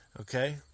Okay